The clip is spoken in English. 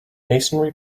masonry